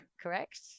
Correct